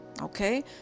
Okay